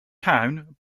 town